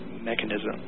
mechanism